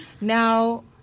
Now